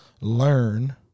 learn